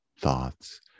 thoughts